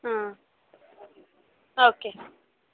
okay